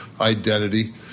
Identity